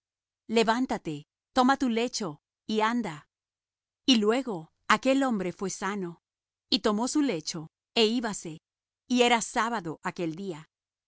levántate toma tu lecho y anda y luego aquel hombre fué sano y tomó su lecho é íbase y era sábado aquel día